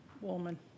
woman